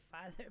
father